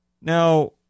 Now